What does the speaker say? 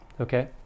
Okay